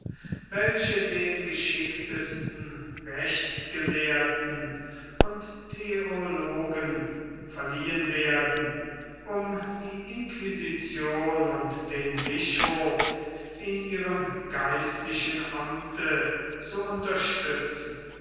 welche den geschicktesten rechtsgelehrten und theologen verliehen werden um die inquisition und den bischof in ihrem geistlichen amt zu unterstützen